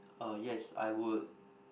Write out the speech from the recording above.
uh yes I would